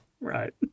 Right